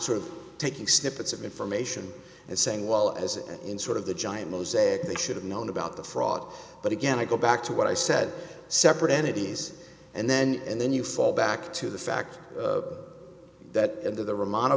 sort of taking steps of information and saying well as in sort of the giant mosaic they should have known about the fraud but again i go back to what i said separate entities and then and then you fall back to the fact that in the the r